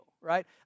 right